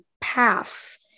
pass